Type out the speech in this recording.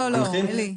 לא, לא, אלי.